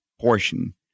portion